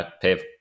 pay